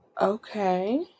okay